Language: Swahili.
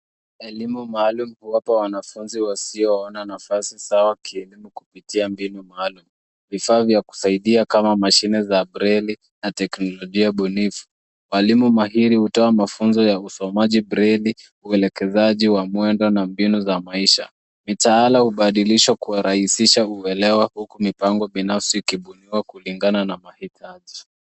Elimu maalum huwapa wanafunzi waioona nafasi sawa kupitia mbinu maalum. Vifaa vya kusaidia kama mashine ya braili na teknoloji bunifu. Mwalimu mahiri hutoa mafunzo ya usomaji braili, uwelekazaji wa mwendo na mbinu za maisha. Mitaala hubadilishwa kuwarahisisha kuelewa huku mipango binafsi ikibuniwa kulinagana na mahitaji/